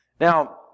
Now